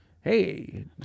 Hey